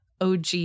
OG